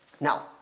Now